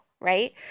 right